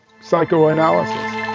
psychoanalysis